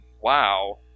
wow